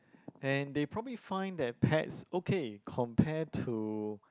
and they probably find their pets okay compare to